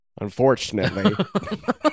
Unfortunately